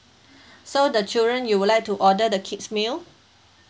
so the children you would like to order the kids' meal